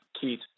Keith